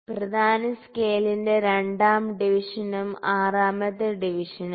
പ്രധാന സ്കെയിലിന്റെ രണ്ടാം ഡിവിഷനും ആറാമത്തെ ഡിവിഷനും